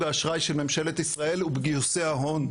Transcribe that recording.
האשראי של ממשלת ישראל ובגיוסי ההון.